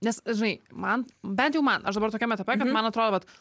nes žinai man bent jau man aš dabar tokiame etape kad man atrodo vat